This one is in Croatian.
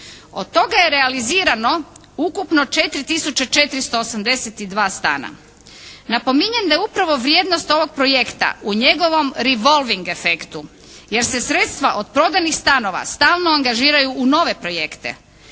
Od toga je realizirano ukupno 4 tisuće 482 stana. Napominjem da je upravo vrijednost ovog projekta u njegovom revolving efektu jer se sredstva od prodanih stanova stalno angažiraju u nove projekte.